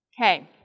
Okay